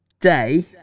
day